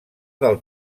del